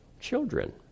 children